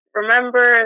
remember